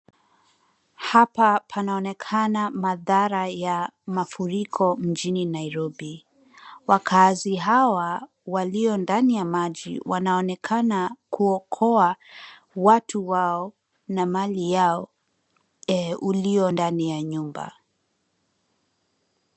Hapa panaonekana matara ya mafuriko mjini Nairobi. Wakaazi hawa walio ndani ya maji wanaonekana kuokoa, watu wao na mali yao ulio ndani ya nyumba.